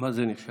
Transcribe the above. למה זה נחשב?